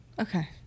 okay